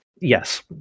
Yes